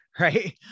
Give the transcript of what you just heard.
Right